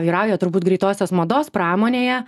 vyrauja turbūt greitosios mados pramonėje